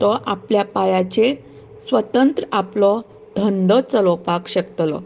तो आपल्या पांयाचेर स्वतंत्र आपलो धंदो चलोवपाक शकतलो